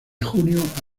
junio